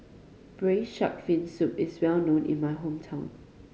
Braised Shark Fin Soup is well known in my hometown